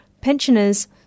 pensioners